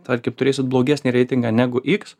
tarkim turėsit blogesnį reitingą negu iks